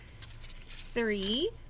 three